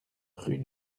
rue